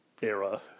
era